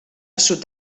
sud